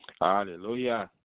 Hallelujah